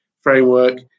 framework